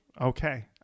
Okay